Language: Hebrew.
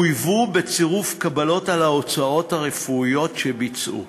חויבו בצירוף קבלות על ההוצאות הרפואיות שביצעו